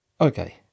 Okay